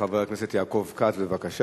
חבר הכנסת יעקב כץ, בבקשה.